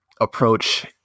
approach